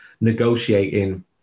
negotiating